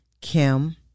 Kim